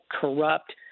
corrupt